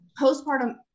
Postpartum